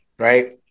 Right